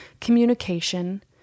communication